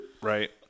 right